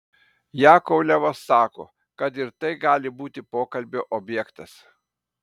jakovlevas sako kad ir tai gali būti pokalbio objektas